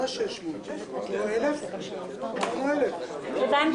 תביאו גם אלינו, לחדר השני, אבי.